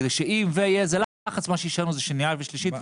כדי שאם יהיה איזה לחץ מה שיישאר לנו זה שנייה ושלישית.